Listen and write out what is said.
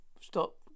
stop